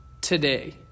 today